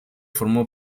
formó